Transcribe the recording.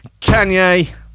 Kanye